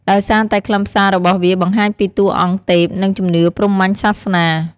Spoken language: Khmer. ដោយសារតែខ្លឹមសាររបស់វាបង្ហាញពីតួអង្គទេព និងជំនឿព្រហ្មញ្ញសាសនា។